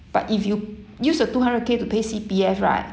but if you use the two hundred K to pay C_P_F right